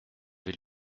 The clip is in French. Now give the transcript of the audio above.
vais